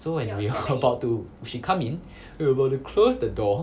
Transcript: so when we all about to she come in we close the door